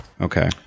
Okay